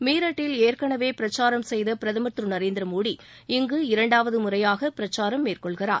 மீரட்டில் ஏற்கெனவே பிரச்சாரம் செய்த பிரதமர் திரு நரேந்திர மோடி இங்கு இரண்டாவது முறையாக பிரச்சாரம் மேற்கொள்கிறார்